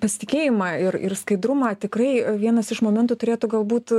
pasitikėjimą ir ir skaidrumą tikrai vienas iš momentų turėtų galbūt